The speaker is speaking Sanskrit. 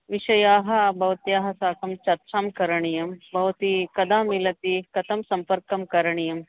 विषयोः भवत्याः साकं चर्चां करणीया भवती कदा मिलति कथं सम्पर्कं करणीयम्